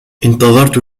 انتظرت